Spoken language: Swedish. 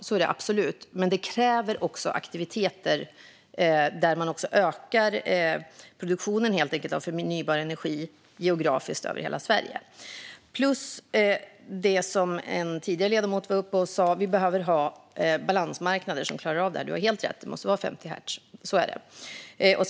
Så är det absolut. Men det kräver aktiviteter och att man helt enkelt ökar produktionen av förnybar energi över hela Sverige. Vi behöver även, som en annan ledamot sa tidigare, balansmarknader som klarar av det här. Ledamoten Stegrud har helt rätt i att det måste vara 50 hertz.